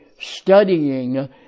studying